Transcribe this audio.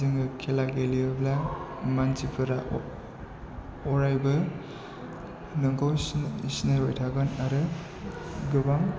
जोङो खेला गेलेयोब्ला मानसिफोरा अरायबो नोंखौ सिनायबाय थागोन आरो गोबां